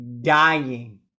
dying